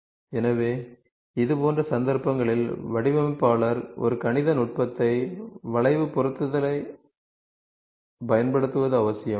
எனவே இதுபோன்ற சந்தர்ப்பங்களில் வடிவமைப்பாளர் ஒரு கணித நுட்பத்தை வளைவு பொருத்துதலைப் பயன்படுத்துவது அவசியம்